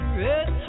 red